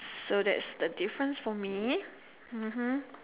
so that's the difference for me mmhmm